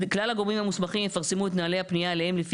"כלל הגורמים המוסמכים יפרסמו את נהלי הפנייה אליהם לפי